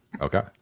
Okay